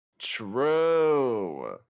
true